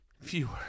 fewer